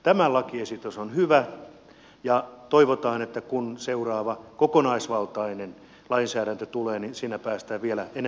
tämä lakiesitys on hyvä ja toivotaan että kun seuraava kokonaisvaltainen lainsäädäntö tulee niin siinä päästään vielä enemmän eteenpäin